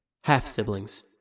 Half-siblings